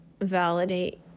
validate